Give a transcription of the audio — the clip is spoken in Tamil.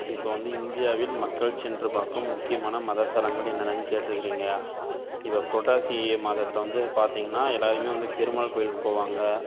இப்போ வந்து இந்தியாவில் மக்கள் சென்று பார்க்கும் முக்கியமான மதத்தலங்கள் என்னென்னு கேட்டிருக்கிறிங்க இப்போ புரட்டாசி மாதத்தில் வந்து பார்த்திங்கன்னா எல்லாேருமே வந்து பெருமாள் கோயிலுக்கு போவாங்க